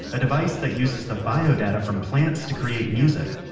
a device that uses the bio data from plants to create music.